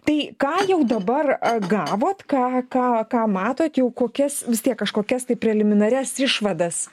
tai ką jau dabar gavot ką ką ką matot jau kokias vis tiek kažkokias tai preliminarias išvadas